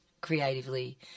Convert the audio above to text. creatively